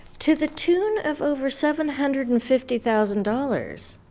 to the tune of over seven hundred and fifty thousand dollars.